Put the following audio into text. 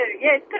Yes